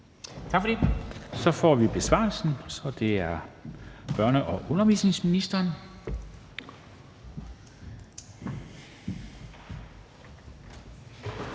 Tak for det. Så får vi besvarelsen, og det er børne- og undervisningsministeren.